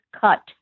cut